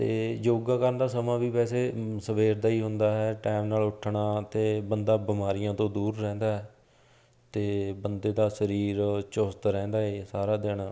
ਅਤੇ ਯੋਗਾ ਕਰਨ ਦਾ ਸਮਾਂ ਵੀ ਵੈਸੇ ਸਵੇਰ ਦਾ ਹੀ ਹੁੰਦਾ ਹੈ ਟਾਈਮ ਨਾਲ ਉੱਠਣਾ ਅਤੇ ਬੰਦਾ ਬਿਮਾਰੀਆਂ ਤੋਂ ਦੂਰ ਰਹਿੰਦਾ ਹੈ ਅਤੇ ਬੰਦੇ ਦਾ ਸਰੀਰ ਚੁਸਤ ਰਹਿੰਦਾ ਏ ਸਾਰਾ ਦਿਨ